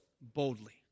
boldly